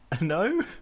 no